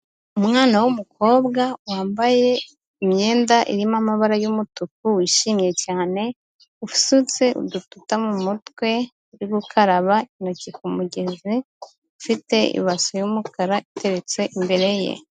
Umwana w'umukobwa wambaye imyenda irimo amabara y'umutuku wishimye cyane, usutse udututa mu mutwe, ari gukaraba intoki ku mugezi, ufite ibase y'umukara iteretse imbere ye.